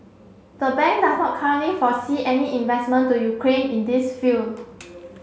the bank does not currently foresee any investment to Ukraine in this field